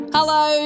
Hello